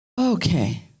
Okay